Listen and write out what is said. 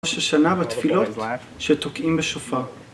ראש השנה בתפילות שתוקעים בשופר.